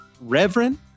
Reverend